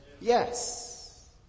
Yes